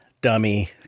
dummy